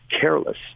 careless